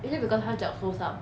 is it because 他脚受伤